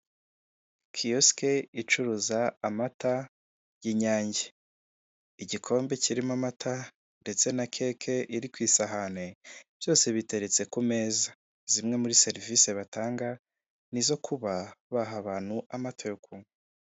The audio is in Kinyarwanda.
kiyosike icuruza amata y'Inyange. Igikombe kirimo amata ndetse na keke iri ku isahane, byose biteretse ku meza. Zimwe muri serivisi batanga, nizo kuba baha abantu amata yo kunywa.